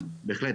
בהחלט.